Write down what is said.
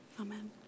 Amen